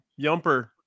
yumper